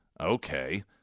Okay